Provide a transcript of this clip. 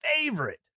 favorite